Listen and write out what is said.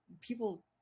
people